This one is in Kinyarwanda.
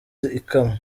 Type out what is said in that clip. ikamwa